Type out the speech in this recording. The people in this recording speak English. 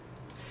mm